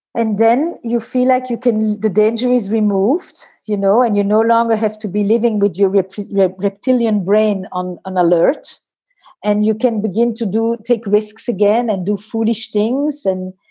and then you feel like you can see the danger is removed. you know, and you no longer have to be living with your with your reptilian brain on an alert and you can begin to do take risks again and do foolish things. and,